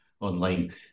online